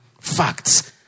Facts